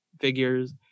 figures